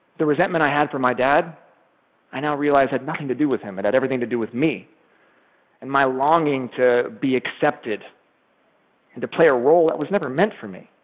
the resentment i had for my dad i now realize had nothing to do with him. it had everything to do with me and my longing to be accepted and to play a role that was never meant for me.